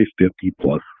50-plus